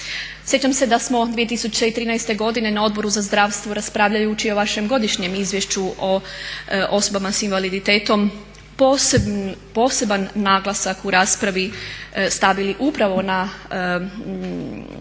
Sjećam se da smo 2013. godine na Odboru za zdravstvo raspravljajući o vašem Godišnjem izvješću o osobama sa invaliditetom poseban naglasak u raspravi stavili upravo na